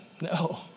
no